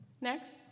next